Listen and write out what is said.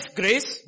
grace